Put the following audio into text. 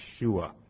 Yeshua